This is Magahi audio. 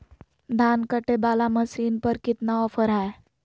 धान कटे बाला मसीन पर कितना ऑफर हाय?